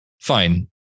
Fine